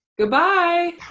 Goodbye